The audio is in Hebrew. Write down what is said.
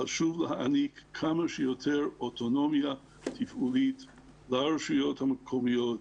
חשוב להעניק כמה שיותר אוטונומיה תפעולית לרשויות המקומיות,